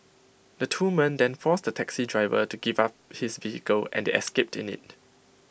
the two men then forced A taxi driver to give up his vehicle and they escaped in IT